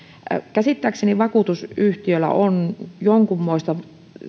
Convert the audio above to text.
käsittääkseni vakuutusyhtiöillä on jonkunmoista